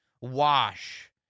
wash